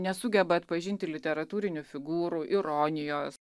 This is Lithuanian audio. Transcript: nesugeba atpažinti literatūrinių figūrų ironijos